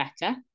better